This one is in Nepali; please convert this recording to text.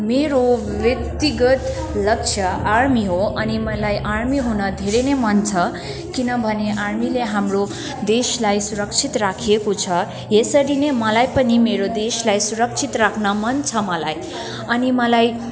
मेरो व्यक्तिगत लक्ष्य आर्मी हो अनि मलाई आर्मी हुन धेरै नै मन छ किनभने आर्मीले हाम्रो देशलाई सुरक्षित राखिएको छ यसरी नै मलाई पनि मेरो देशलाई सुरक्षित राख्न मन छ मलाई अनि मलाई